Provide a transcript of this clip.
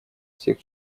всех